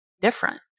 different